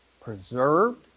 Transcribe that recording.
preserved